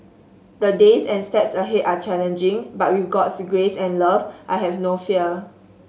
the days and steps ahead are challenging but with God's grace and love I have no fear